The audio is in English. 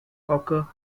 occur